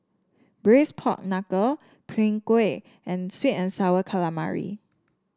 Braised Pork Knuckle Png Kueh and sweet and sour calamari